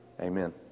Amen